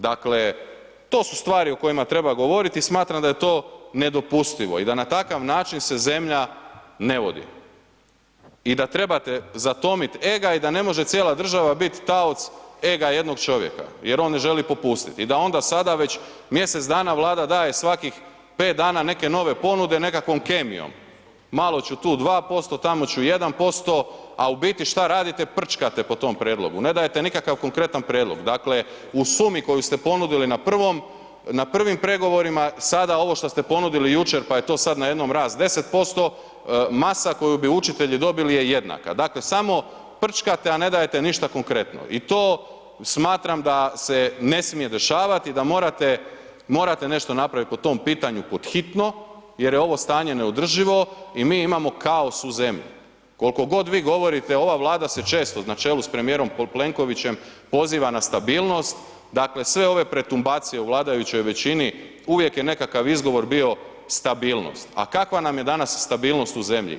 Dakle to su stvari o kojima treba govoriti i smatram da je to nedopustivo i da na takav način se zemlja ne vodi i da trebate zatomit ega i da ne može cijela država bit taoc ega jednog čovjeka jer on ne želi popustiti, da onda sada već mjesec dana Vlada daje svakih 5 dana neke nove ponude nekakvom kemijom, malo ću tu 2%, tamo ću 1%, a u biti šta radite, prčkate po tom prijedlogu, ne dajete nikakav konkretan prijedlog, dakle u sumi koju ste ponudili na prvom, na prvim pregovorima sada ovo šta ste ponudili jučer, pa je to sad najednom rast 10%, masa koju bi učitelji dobili je jednaka, dakle samo prčkate, a ne dajete ništa konkretno i to smatram da se ne smije dešavati i da morate, morate nešto napravit po tom pitanju pod hitno jer je ovo stanje neodrživo i mi imamo kaos u zemlji, kolko god vi govorite, ova Vlada se često na čelu s premijerom Plenkovićem poziva na stabilnost, dakle sve ove pretumbacije u vladajućoj većini, uvijek je nekakav izgovor bio stabilnost, a kakva nam je danas stabilnost u zemlji?